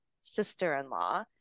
sister-in-law